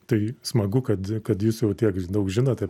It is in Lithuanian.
tai smagu kad kad jūs jau tiek daug žinote